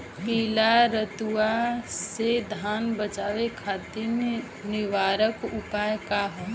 पीला रतुआ से धान बचावे खातिर निवारक उपाय का ह?